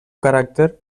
caràcter